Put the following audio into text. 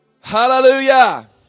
Hallelujah